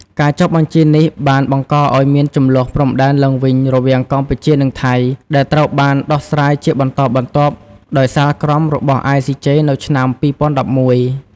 ការចុះបញ្ជីនេះបានបង្កឲ្យមានជម្លោះព្រំដែនឡើងវិញរវាងកម្ពុជា និងថៃ ដែលត្រូវបានដោះស្រាយជាបន្តបន្ទាប់ដោយសាលក្រមរបស់ ICJ នៅឆ្នាំ ២០១១។